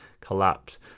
collapse